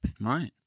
Right